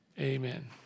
Amen